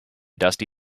dusty